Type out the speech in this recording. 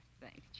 thanks